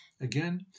again